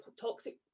toxic